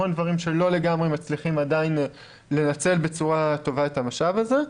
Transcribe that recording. המון דברים שלא מצליחים לגמרי עדיין לנצל בצורה טובה את המשאב הזה.